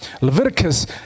Leviticus